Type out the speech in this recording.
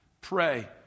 Pray